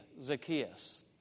Zacchaeus